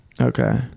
Okay